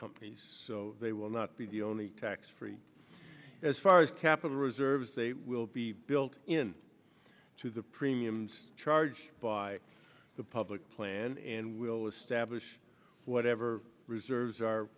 companies they will not be the only tax free as far as capital reserves they will be built in to the premiums charged by the public plan and will establish whatever reserves are